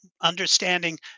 understanding